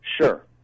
Sure